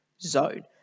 zone